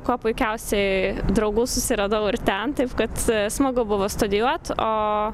kuo puikiausiai draugų susiradau ir ten taip kad smagu buvo studijuot o